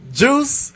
juice